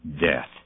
Death